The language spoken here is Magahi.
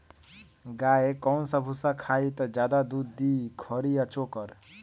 गाय कौन सा भूसा खाई त ज्यादा दूध दी खरी या चोकर?